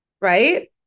right